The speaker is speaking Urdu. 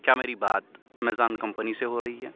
کیا میری بات امیزون کمپنی سے ہو رہی ہے